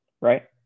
right